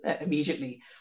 Immediately